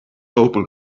open